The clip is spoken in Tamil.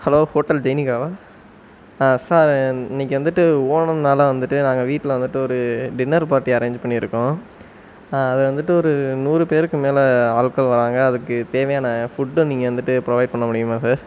ஹலோ ஹோட்டல் தேனிகாவா சார் இன்னைக்கு வந்துவிட்டு ஒணம்னாலே வந்துவிட்டு நாங்கள் வீட்டில் வந்துவிட்டு ஒரு டின்னர் பார்ட்டி அரேஞ்ச் பண்ணியிருக்கோம் அது வந்துவிட்டு ஒரு நூறு பேருக்கு மேல் ஆட்கள் வராங்க அதுக்கு தேவையான ஃபுட்டும் நீங்கள் வந்துவிட்டு ப்ரொவைட் பண்ண முடியுமா சார்